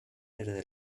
desde